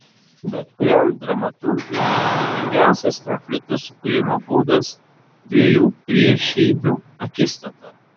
bet kuriam dramaturgui efektingiausias konflikto sukūrimo būdas dviejų priešybių akistata